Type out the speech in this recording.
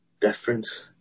difference